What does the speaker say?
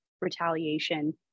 retaliation